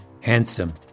handsome